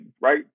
right